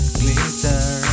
glitter